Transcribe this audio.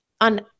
on